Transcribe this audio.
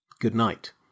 Good-night